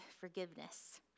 forgiveness